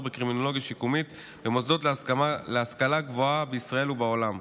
בקרימינולוגיה שיקומית במוסדות להשכלה גבוהה בישראל ובעולם.